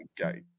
Okay